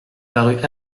parut